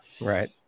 Right